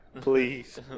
Please